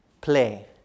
play